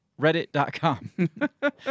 reddit.com